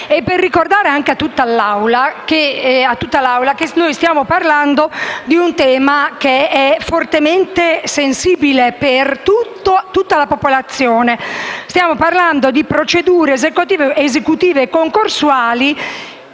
e per ricordare a tutta l'Assemblea che stiamo parlando di un tema fortemente sensibile per tutta la popolazione. Stiamo parlando infatti di procedure esecutive e concorsuali